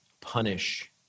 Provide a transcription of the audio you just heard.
punish